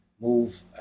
move